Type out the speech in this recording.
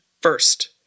first